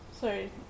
sorry